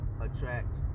attract